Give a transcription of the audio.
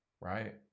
right